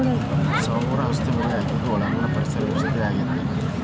ಸೌರಹಸಿರು ಮನೆ ಆಗಿದ್ದು ಒಳಾಂಗಣ ಪರಿಸರ ವ್ಯವಸ್ಥೆ ಆಗೆತಿ